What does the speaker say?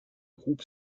groupe